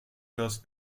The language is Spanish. los